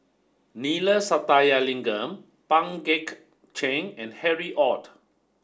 Neila Sathyalingam Pang Guek Cheng and Harry Ord